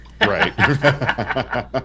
Right